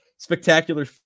Spectacular